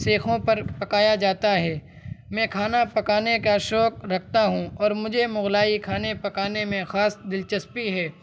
سیخوں پر پکایا جاتا ہے میں کھانا پکانے کا شوق رکھتا ہوں اور مجھے مغلائی کھانے پکانے میں خاص دلچسپی ہے